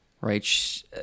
Right